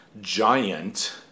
giant